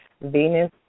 Venus